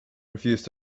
refused